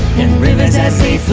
and rivers as